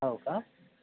हो का